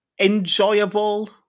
enjoyable